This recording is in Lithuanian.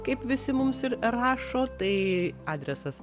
kaip visi mums ir rašo tai adresas